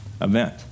event